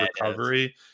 recovery